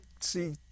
see